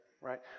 right